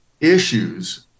issues